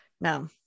No